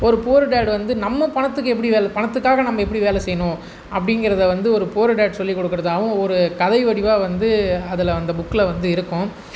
ஒரு poor dad வந்து நம்ம பணத்துக்கு எப்படி வேலை பணத்துக்காக நம்ம எப்படி வேலை செய்யணும் அப்படிங்கிறதை வந்து ஒரு புவர் டாட் சொல்லி கொடுக்கிறாதாவும் ஒரு கதை வடிவாக வந்து அதில் அந்த புக்கில் வந்து இருக்கும்